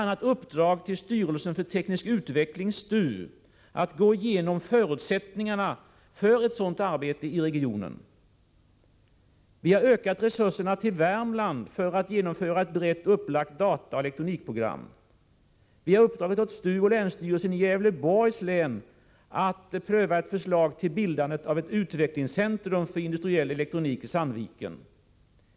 a. har vi uppdragit till styrelsen för teknisk utveckling, STU, att gå igenom förutsättningarna för sådant arbete i regionen. Vi har ökat resurserna till Värmland för att genomföra ett brett upplagt dataoch elektronikprogram. Vi har uppdragit åt STU och länsstyrelsen i Gävleborgs län att pröva ett förslag om bildande av ett utvecklingscentrum för industriell elektronik i Sandviken.